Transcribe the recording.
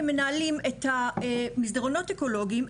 מנהלים את המסדרונות האקולוגים,